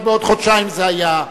רק בעוד חודשיים זה היה,